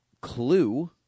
Clue